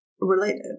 related